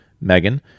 Megan